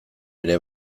ere